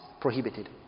prohibited